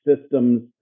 systems